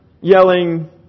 yelling